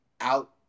out